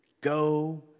go